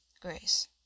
Grace